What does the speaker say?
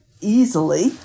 easily